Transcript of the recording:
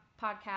podcast